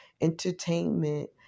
entertainment